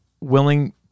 willing